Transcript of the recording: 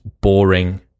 boring